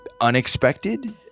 unexpected